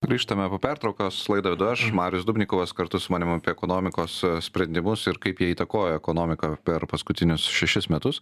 grįžtame po pertraukos laidą vedu aš marius dubnikovas kartu su manim apie ekonomikos sprendimus ir kaip jie įtakojo ekonomiką per paskutinius šešis metus